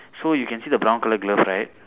so you can see the brown colour glove right